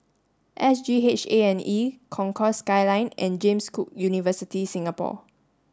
S G H A and E Concourse Skyline and James Cook University Singapore